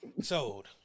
Sold